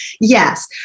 Yes